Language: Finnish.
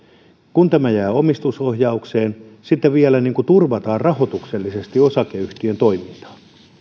kun tämä jää omistusohjaukseen sitten vielä turvataan rahoituksellisesti osakeyhtiön toimintaa